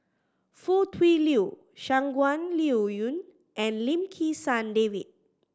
Foo Tui Liew Shangguan Liuyun and Lim Kim San David